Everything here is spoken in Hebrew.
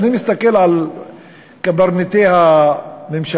אני מסתכל על קברניטי הממשלה,